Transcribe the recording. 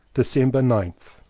december ninth.